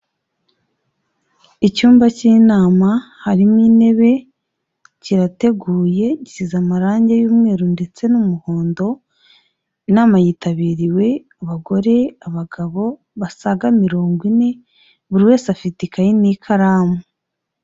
Icyumba cy'inama harimo intebe, kirateguye, gisize amarangi y'umweru ndetse n'umuhondo, inama yitabiriwe abagore, abagabo basaga mirongo ine, buri wese afite ikayi n'ikaramu.